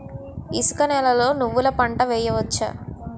ఇసుక నేలలో నువ్వుల పంట వేయవచ్చా?